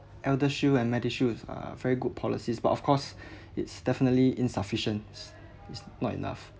eldershield and medishield is uh very good policies but of course it's definitely insufficient it's not enough